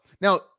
Now